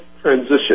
transition